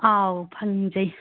ꯑꯥꯎ ꯐꯪꯖꯩ